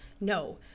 no